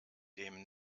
dem